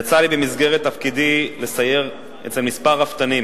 יצא לי במסגרת תפקידי לסייר אצל כמה רפתנים,